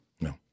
No